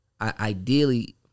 ideally